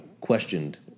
questioned